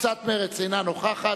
קבוצת מרצ, אינה נוכחת.